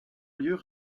lieux